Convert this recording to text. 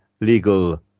legal